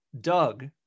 Doug